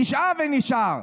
נשאר ונשאר.